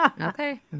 Okay